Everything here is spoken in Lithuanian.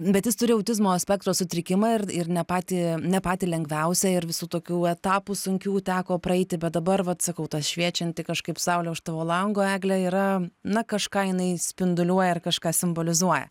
bet jis turi autizmo spektro sutrikimą ir ne patį ne patį lengviausią ir visų tokių etapų sunkių teko praeiti bet dabar vat sakau ta šviečianti kažkaip saulė už tavo lango egle yra na kažką jinai spinduliuoja ar kažką simbolizuoja